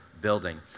building